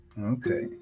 okay